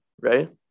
right